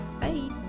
Bye